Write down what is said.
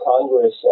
Congress